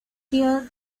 tío